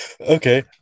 okay